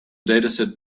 dataset